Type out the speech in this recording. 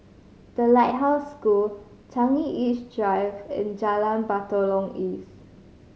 The Lighthouse School Changi East Drive and Jalan Batalong East